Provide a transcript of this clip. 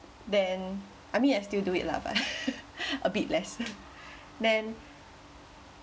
then I mean I still do it lah but a bit less then